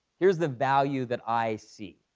here's the value that i see.